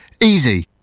Easy